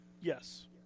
Yes